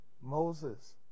Moses